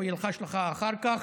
הוא ילחש לך אחר כך.